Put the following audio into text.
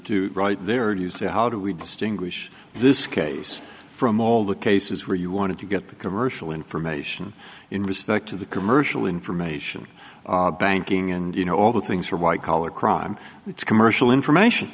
right there you say how do we distinguish this case from all the cases where you want to get the commercial information in respect to the commercial information banking and you know all the things for white collar crime it's commercial information